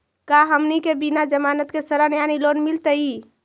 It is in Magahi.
का हमनी के बिना जमानत के ऋण यानी लोन मिलतई?